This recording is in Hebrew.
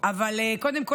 אבל קודם כול,